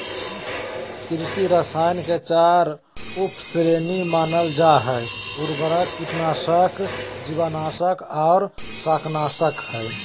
कृषि रसायन के चार उप श्रेणी मानल जा हई, उर्वरक, कीटनाशक, जीवनाशक आर शाकनाशक हई